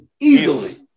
Easily